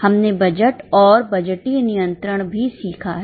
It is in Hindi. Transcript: हमने बजट और बजटीय नियंत्रण भी सीखा है